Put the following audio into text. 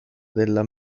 dalla